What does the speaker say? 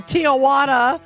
Tijuana